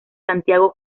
santiago